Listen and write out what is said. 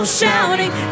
shouting